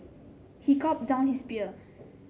he gulped down his beer